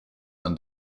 and